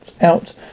out